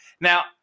Now